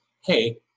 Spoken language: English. hey